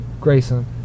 Grayson